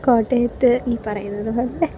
കോട്ടയത്ത് ഈ പറയുന്നത് പോലെ